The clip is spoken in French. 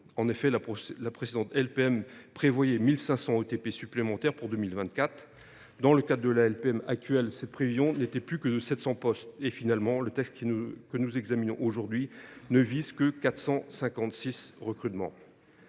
En effet, la précédente LPM prévoyait 1 500 ETP supplémentaires pour 2024. Dans le cadre de la LPM actuelle, cette prévision n’est plus que de 700 postes ; et le texte que nous examinons aujourd’hui ne vise finalement